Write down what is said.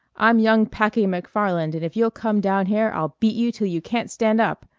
i'm young packy mcfarland and if you'll come down here i'll beat you till you can't stand up.